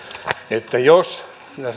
jos